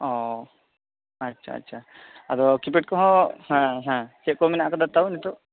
ᱚᱸᱻ ᱟᱪᱪᱷᱟ ᱟᱪᱪᱷᱟ ᱟᱫᱚ ᱠᱤᱯᱮᱰ ᱠᱚᱦᱚᱸ ᱦᱮᱸ ᱦᱮᱸ ᱪᱮᱫ ᱠᱚ ᱢᱮᱱᱟᱜ ᱟᱠᱟᱫᱟ ᱛᱟᱣ ᱱᱤᱛᱚᱜ